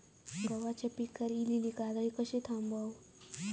गव्हाच्या पिकार इलीली काजळी कशी थांबव?